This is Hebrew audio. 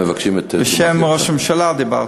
בשם ראש הממשלה דיברת.